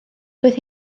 doedd